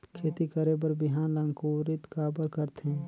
खेती करे बर बिहान ला अंकुरित काबर करथे?